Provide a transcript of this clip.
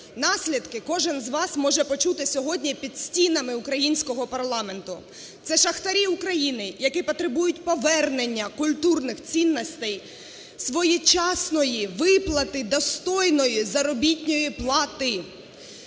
наслідки кожен з вас може почути під стінами українського парламенту. Це шахтарі України, які потребують повернення культурних цінностей, своєчасної виплати, достойної заробітної плати.